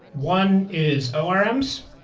one is orm's.